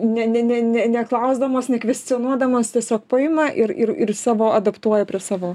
ne ne ne ne neklausdamos nekvestionuodamas tiesiog paima ir ir ir savo adaptuoja prie savo